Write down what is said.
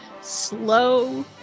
slow